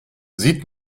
sieht